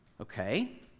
Okay